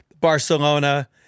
Barcelona